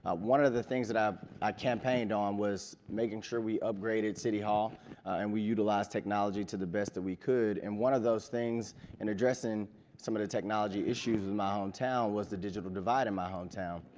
ah one of the things that i campaigned on was making sure we upgraded city hall and we utilized technology to the best that we could, and one of those things in addressing some of the technology issues in my home town was the digital divide in my home town.